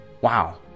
Wow